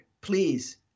please